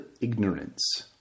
ignorance